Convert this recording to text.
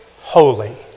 holy